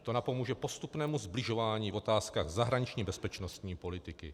To napomůže postupnému sbližování v otázkách zahraniční bezpečnostní politiky.